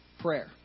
Prayer